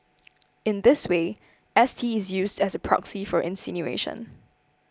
in this way S T is used as a proxy for insinuation